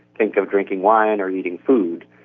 think of drinking wine or eating food.